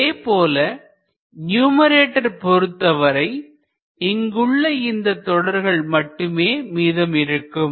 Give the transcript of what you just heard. அதேபோல நியூமரேட்டர் பொறுத்தவரை இங்குள்ள இந்த தொடர்கள் மட்டுமே மீதம் இருக்கும்